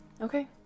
Okay